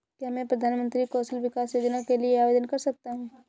क्या मैं प्रधानमंत्री कौशल विकास योजना के लिए आवेदन कर सकता हूँ?